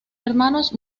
hermanos